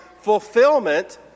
fulfillment